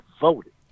voted